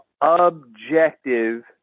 objective